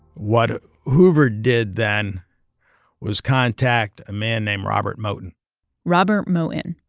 what hoover did then was contact a man named robert moton robert moton,